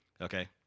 Okay